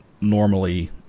normally